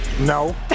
No